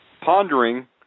pondering